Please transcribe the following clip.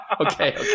Okay